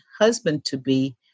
husband-to-be